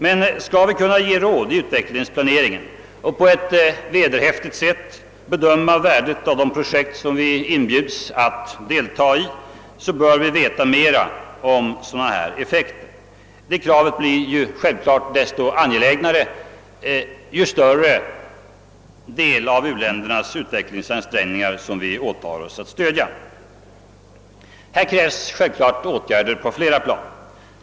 Men skall vi kunna ge råd i-utvecklingsplaneringen och på ett vederhäftigt sätt bedöma värdet av de projekt som vi inbjuds att delta i, bör vi veta mera om sådana här effekter. Detta krav blir självklart desto angelägnare ju större del av u-ländernas utvecklingsansträngningar vi åtar oss att stödja. Här krävs självklart åtgärder på flera plan.